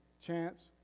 Chance